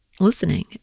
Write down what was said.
listening